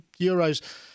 euros